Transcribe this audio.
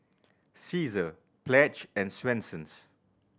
Cesar Pledge and Swensens